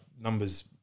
numbers